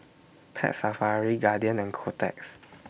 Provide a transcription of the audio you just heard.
Pet Safari Guardian and Kotex